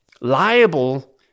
liable